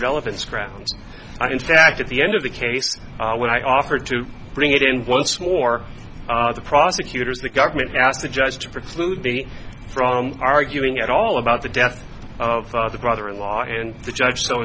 relevance grounds in fact at the end of the case when i offered to bring it in once more the prosecutors the government asked the judge to preclude me from arguing at all about the death of the brother in law and the judge so